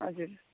हजुर